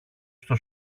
στο